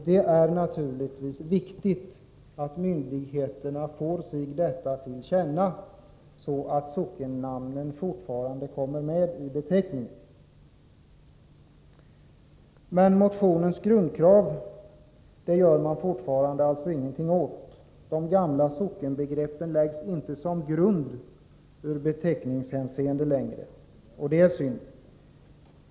Det är naturligtvis viktigt att myndigheterna ges detta till känna, så att sockennamnen fortfarande kommer med i beteckningen. Motionens grundkrav gör man emellertid fortfarande inget åt. De gamla sockenbegreppen läggs inte som grund i beteckningshänseende längre. Det är synd.